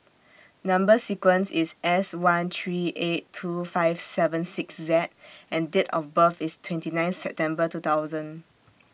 Number sequence IS S one three eight two five seven six Z and Date of birth IS twenty nine September two thousand